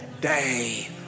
day